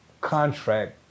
contract